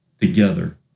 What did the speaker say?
together